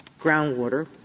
groundwater